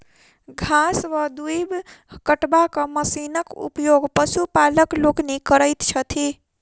घास वा दूइब कटबाक मशीनक उपयोग पशुपालक लोकनि करैत छथि